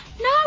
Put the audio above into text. No